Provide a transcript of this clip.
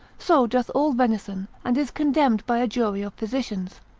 so doth all venison, and is condemned by a jury of physicians.